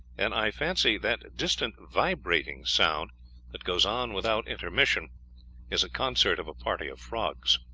and i fancy that distant vibrating sound that goes on without intermission is a concert of a party of frogs.